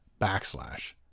backslash